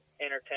entertain